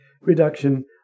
reduction